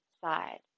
side